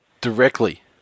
Directly